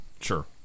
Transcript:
Sure